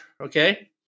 Okay